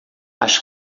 acho